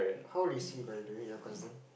how they see it by doing your cousin